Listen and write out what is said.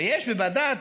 ויש בוועדה,